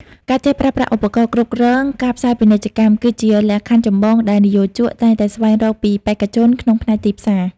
ការចេះប្រើប្រាស់ឧបករណ៍គ្រប់គ្រងការផ្សាយពាណិជ្ជកម្ម គឺជាលក្ខខណ្ឌចម្បងដែលនិយោជកតែងតែស្វែងរកពីបេក្ខជនក្នុងផ្នែកទីផ្សារ។